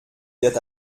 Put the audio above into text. wird